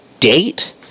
date